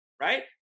right